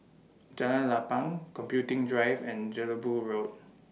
Jalan Lapang Computing Drive and Jelebu Road